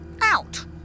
Out